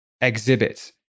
exhibit